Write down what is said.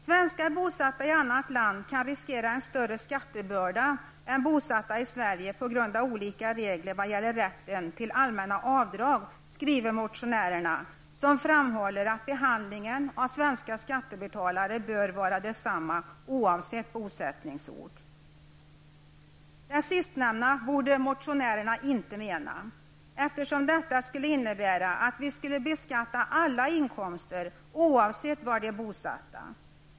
Svenskar bosatta i annat land kan riskera en större skattebörda än bosatta i Sverige på grund av olika regler i vad gäller rätten till allmänna avdrag, skriver motionärerna som framhåller att behandlingen av svenska skattebetalare bör vara densamma oavsett bosättningsort. Det sistnämnda borde inte motionärerna mena, eftersom detta skulle innebära att vi skulle beskatta alla inkomster oavsett bosättningsort.